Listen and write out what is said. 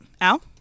Al